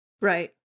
Right